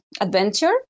adventure